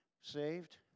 saved